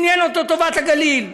עניינה אותו טובת הגליל.